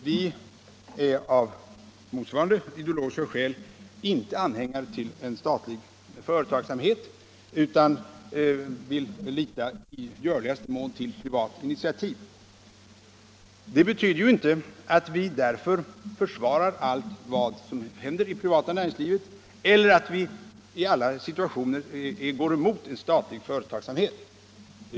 Vi är, av motsvarande ideologiska skäl, inte anhängare till statlig företagsamhet, utan vi litar i görligaste mån till privat initiativ. Det betyder emellertid ingalunda att vi därför försvarar allt vad som händer i det privata näringslivet eller att vi i alla situationer går emot statlig företagsamhet.